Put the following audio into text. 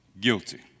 Guilty